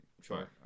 Sure